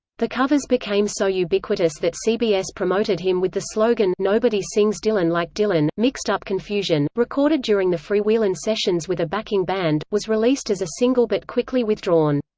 the covers became so ubiquitous that cbs promoted him with the slogan nobody sings dylan like dylan. mixed-up confusion, recorded during the freewheelin' sessions with a backing band, was released as a single but quickly withdrawn.